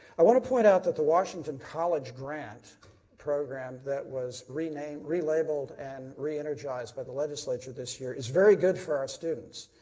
i want to point out that the washington college grant program that was renamed relabeled and reenergized by the legislator this year is very good for our students.